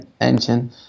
engine